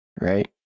right